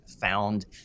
found